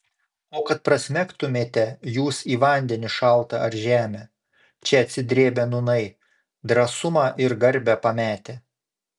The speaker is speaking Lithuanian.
o kad prasmegtumėte jūs į vandenį šaltą ar žemę čia atsidrėbę nūnai drąsumą ir garbę pametę